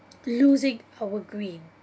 losing our green